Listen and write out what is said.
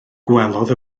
gwelodd